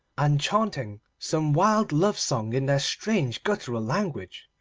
and chaunting some wild love-song in their strange guttural language.